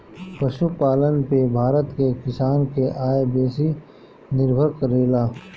पशुपालन पे भारत के किसान के आय बेसी निर्भर करेला